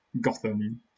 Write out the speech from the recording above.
Gotham